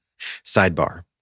Sidebar